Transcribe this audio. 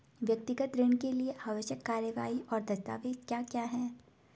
व्यक्तिगत ऋण के लिए आवश्यक कार्यवाही और दस्तावेज़ क्या क्या हैं?